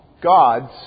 gods